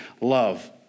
love